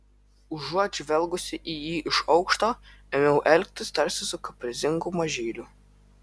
užuot žvelgusi į jį iš aukšto ėmiau elgtis tarsi su kaprizingu mažyliu